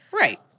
Right